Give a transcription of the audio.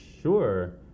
sure